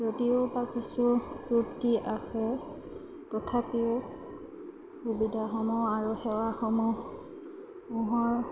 যদিওবা কিছু ত্ৰুটি আছে তথাপিও সুবিধাসমূহ আৰু সেৱাসমূহ সমূহৰ